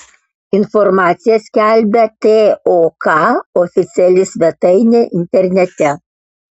informaciją skelbia tok oficiali svetainė internete